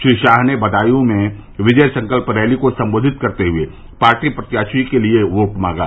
श्री शाह ने बदायूं में विजय संकल्प रैली को संवेधित करते हुए पार्टी प्रत्याशी के लिये वोट मांगा